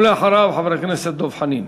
ואחריו, חבר הכנסת דב חנין.